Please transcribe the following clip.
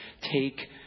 Take